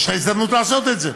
יש לך הזדמנות לעשות את זה.